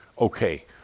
okay